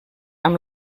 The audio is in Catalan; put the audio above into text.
amb